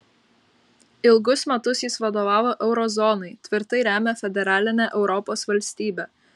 ilgus metus jis vadovavo euro zonai tvirtai remia federalinę europos valstybę